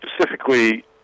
specifically